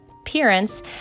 appearance